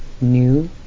new